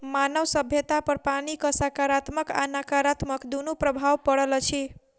मानव सभ्यतापर पानिक साकारात्मक आ नाकारात्मक दुनू प्रभाव पड़ल अछि